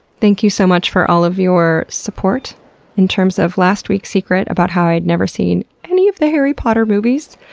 thank you so much for all of your support in terms of last week's secret about how i'd never seen any of the harry potter movies.